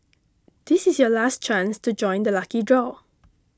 this is your last chance to join the lucky draw